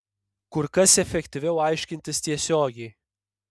kur kas efektyviau aiškintis tiesiogiai